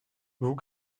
vous